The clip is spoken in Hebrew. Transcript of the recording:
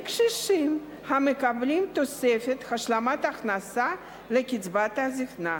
קשישים המקבלים תוספת השלמת הכנסה לקצבת הזיקנה: